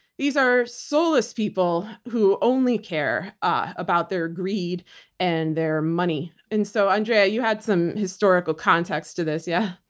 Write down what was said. these are soulless people who only care about their greed and their money. and so andrea, you had some historical context to this, yeah?